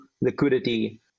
liquidity